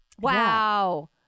Wow